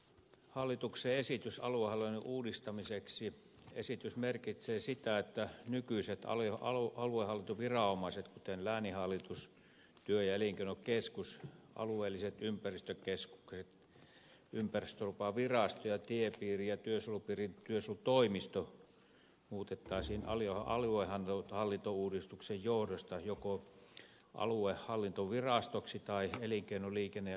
hallituksen esitys aluehallinnon uudistamiseksi merkitsee sitä että nykyiset aluehallintoviranomaiset kuten lääninhallitus työ ja elinkeinokeskus alueelliset ympäristökeskukset ympäristölupavirasto ja tiepiiri ja työsuojelupiirin työsuojelutoimisto muutettaisiin aluehallintouudistuksen johdosta joko aluehallintovirastoksi tai elinkeino liikenne ja ympäristökeskukseksi